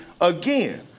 again